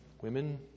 Women